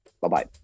Bye-bye